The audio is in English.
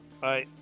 Bye